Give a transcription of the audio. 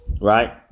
Right